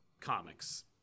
comics